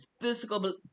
physical